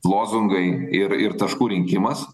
lozungai ir ir taškų rinkimas